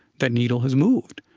that needle has moved.